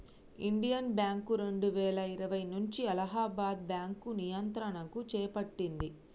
Indian bank రెండువేల ఇరవై నుంచి అలహాబాద్ బ్యాంకు నియంత్రణను చేపట్టింది